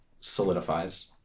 solidifies